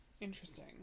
Interesting